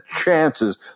chances